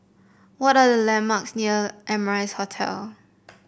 what are the landmarks near Amrise Hotel